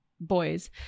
boys